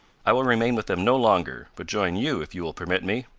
i will remain with them no longer, but join you if you will permit me.